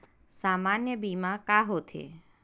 सामान्य बीमा का होथे?